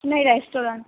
નહીં રૅસ્ટોરન્ટ